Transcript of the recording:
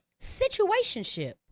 situationship